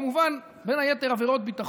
כמובן, בין היתר עבירות ביטחון.